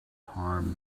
harm